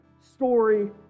story